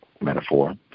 metaphor